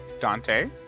Dante